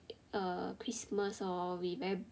eh christmas lor we very